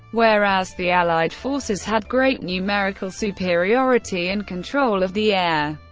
whereas the allied forces had great numerical superiority and control of the air.